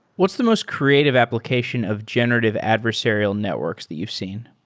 what's the most creative application of generative adversarial networks that you've seen?